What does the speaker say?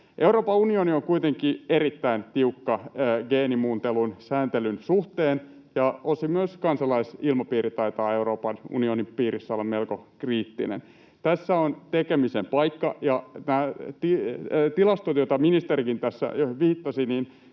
Euroopan unioni on kuitenkin erittäin tiukka geenimuuntelun sääntelyn suhteen, ja osin myös kansalaisilmapiiri taitaa Euroopan unionin piirissä olla melko kriittinen. Tässä on tekemisen paikka, ja nämä tilastot, joihin ministerikin tässä jo viittasi,